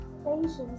Patience